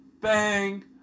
bang